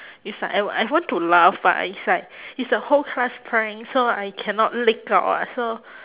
it's like I I want to laugh but it's like it's a whole class prank so I cannot leak out [what] so